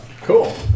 cool